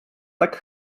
tak